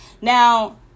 Now